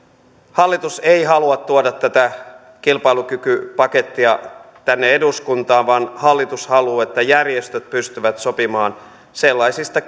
hallitus ei halua tuoda tätä kilpailukykypakettia tänne eduskuntaan vaan hallitus haluaa että järjestöt pystyvät sopimaan sellaisista